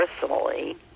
personally